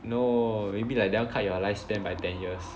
no maybe like that one cut your lifespan by ten years